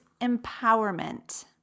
empowerment